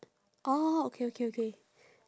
orh okay okay okay